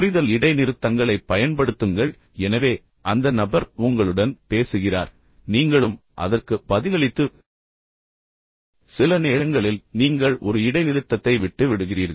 புரிதல் இடைநிறுத்தங்களைப் பயன்படுத்துங்கள் எனவே அந்த நபர் உங்களுடன் பேசுகிறார் பின்னர் நீங்களும் அதற்கு பதிலளித்து பின்னர் சில நேரங்களில் நீங்கள் ஒரு இடைநிறுத்தத்தை விட்டு விடுகிறீர்கள்